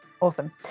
awesome